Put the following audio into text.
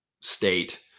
state